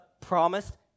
promised